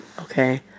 okay